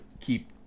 keep